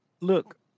look